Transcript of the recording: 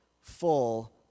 full